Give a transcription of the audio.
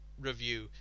review